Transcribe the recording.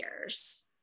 years